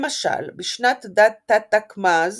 למשל, בשנת ד'תתקמ"ז